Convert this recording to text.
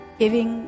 giving